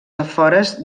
afores